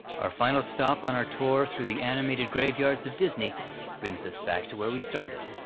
our final stop on our tour through the animated graveyards of disney brings us back to where we started,